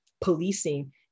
policing